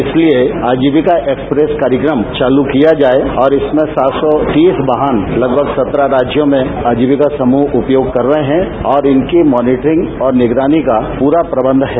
इसलिए अजीविका एक्सप्रेस कार्यक्रम चालू किया जाये और इसमें सात सौ तीस वाहन लगभग सत्रह राज्यों में अजीविका समूह उपयोग कर रहे हैं और इनकी मॉनिटीरिंग और निगरानी का प्ररा प्रबंध है